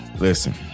Listen